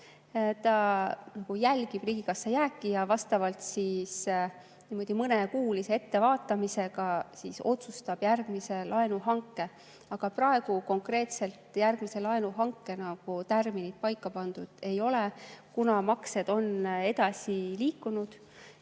jälgib riigikassa jääki ja mõnekuulise ettevaatamisega otsustab järgmise laenuhanke. Aga praegu konkreetselt järgmise laenuhanke tärminid paika pandud ei ole, kuna maksed on edasi liikunud.